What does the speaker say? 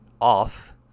off